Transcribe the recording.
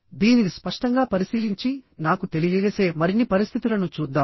దీనిని స్పష్టంగా పరిశీలించి నాకు తెలియజేసే మరిన్ని పరిస్థితులను చూద్దాం